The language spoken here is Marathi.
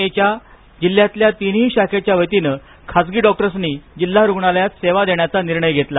ए च्या जिल्ह्यातल्या तीनही शाखेच्या वतीने खासगी डॉक्टर्सनी जिल्हा रुग्णालयात सेवा देण्याचा निर्णय घेतला